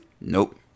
Nope